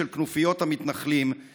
של כנופיות המתנחלים,